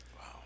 Wow